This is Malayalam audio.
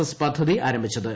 എസ് പദ്ധതി ആരംഭിച്ചത്